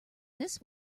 this